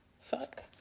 Fuck